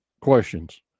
questions